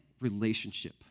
relationship